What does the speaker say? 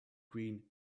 green